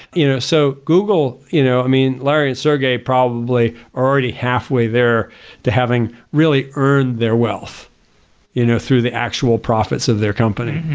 you know so google you know i mean larry and sergei probably are already halfway there to having really earned their wealth you know through the actual profits of the company.